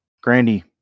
Grandy